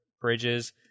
bridges